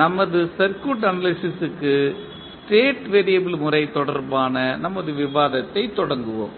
நமது circuit analysis க்கு state variable முறை தொடர்பான நமது விவாதத்தைத் தொடங்குவோம்